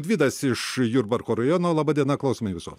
gvidas iš jurbarko rajono laba diena klausome jūsų